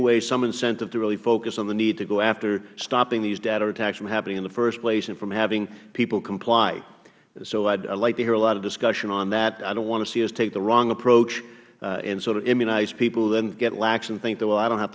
from some incentive to really focus on the need to go after stopping these data attacks from happening in the first place and from having people comply i would like to hear a lot of discussion on that i don't want to see us take the wrong approach and sort of immunize people then get lax and think i don't have